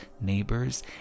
neighbors